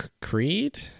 Creed